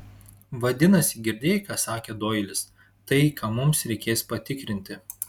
vadinasi girdėjai ką sakė doilis tai ką mums reikės patikrinti